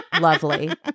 lovely